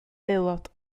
aelod